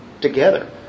together